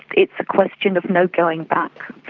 it's a question of no going back.